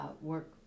work